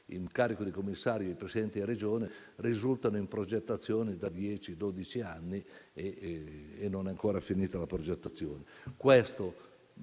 l'incarico di commissari e di presidenti di Regione, risultano in progettazione da dieci-dodici anni, e non è ancora finita la progettazione.